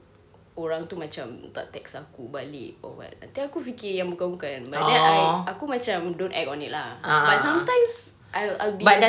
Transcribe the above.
orang tu macam tak text aku balik or what I think aku fikir yang bukan-bukan but then I aku macam don't act on it lah but sometimes I'll I'll be